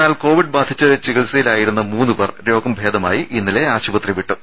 എന്നാൽ കോവിഡ് ബാധിച്ച് ചികിത്സയിലായിരുന്ന മൂന്ന് പേർ രോഗം ഭേദമായി ഇന്നലെ ആശുപത്രി വിട്ടു